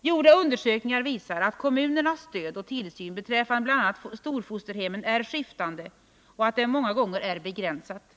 Gjorda undersökningar visar att kommunernas stöd och tillsyn beträffande bl.a. storfosterhemmen är av skiftande slag och att det många gånger är begränsat.